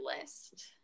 list